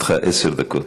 לרשותך עשר דקות.